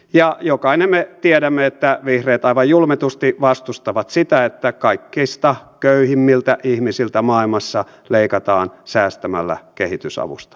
ja jokainen me tiedämme että vihreät aivan julmetusti vastustavat sitä että kaikista köyhimmiltä ihmisiltä maailmassa leikataan säästämällä kehitysavusta